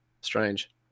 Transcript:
Strange